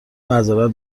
معذرت